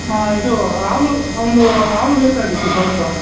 ಹಾಂ ಇದು ಹಾಲು ಒಂದು ಹಾಲು ಬೇಕಾಗಿತ್ತು ಸ್ವಲ್ಪ